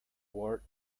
war